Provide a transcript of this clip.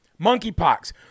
monkeypox